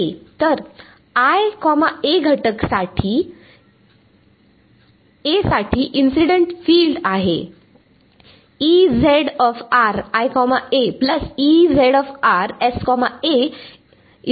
तर घटक A साठी इन्सिडेंट फिल्ड आहे